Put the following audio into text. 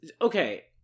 Okay